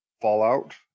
fallout